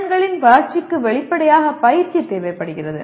திறன்களின் வளர்ச்சிக்கு வெளிப்படையாக பயிற்சி தேவைப்படுகிறது